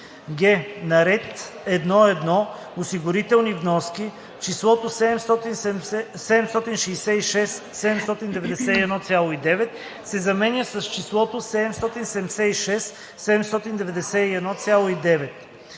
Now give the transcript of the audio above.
г) На ред „1.1. Осигурителни вноски“ числото „766 791,9“ се заменя с числото „776 791,9“.